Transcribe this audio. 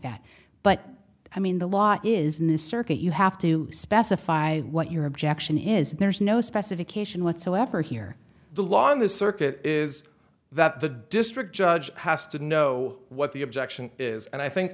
that but i mean the law is new circuit you have to specify what your objection is there's no specification whatsoever here the law in this circuit is that the district judge has to know what the objection is and i think